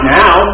now